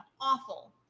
awful